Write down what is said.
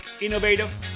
innovative